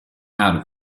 out